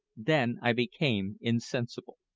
then i became insensible.